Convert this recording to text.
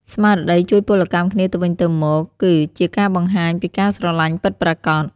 ស្មារតីជួយពលកម្មគ្នាទៅវិញទៅមកគឺជាការបង្ហាញពីការស្រលាញ់ពិតប្រាកដ។